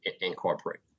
incorporate